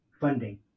funding